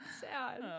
Sad